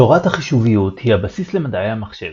תורת החישוביות היא הבסיס למדעי המחשב,